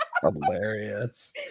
Hilarious